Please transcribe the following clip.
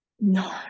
No